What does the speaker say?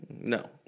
No